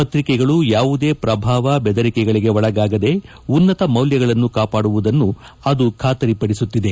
ಪತ್ರಿಕೆಗಳು ಯಾವುದೇ ಪ್ರಭಾವ ಬೆದರಿಕೆಗಳಿಗೆ ಒಳಗಾಗದೆ ಉನ್ನತ ಮೌಲ್ಯಗಳು ಕಾಪಾಡುವುದನ್ನು ಅದು ಖಾತರಿಪದಿಸುತ್ತಿದೆ